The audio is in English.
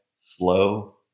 Slow